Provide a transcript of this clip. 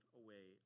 away